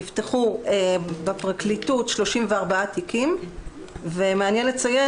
נפתחו בפרקליטות 34 תיקים ומעניין לציין